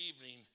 evening